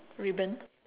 ribbon